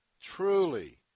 truly